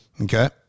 Okay